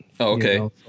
Okay